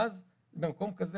ואז במקום כזה,